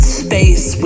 space